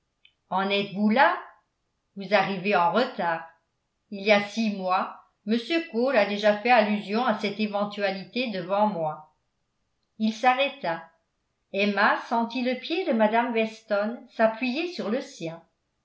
en êtes-vous là vous arrivez en retard il y a six mois m cole a déjà fait allusion à cette éventualité devant moi il s'arrêta emma sentit le pied de mme weston s'appuyer sur le sien